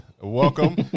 Welcome